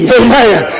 amen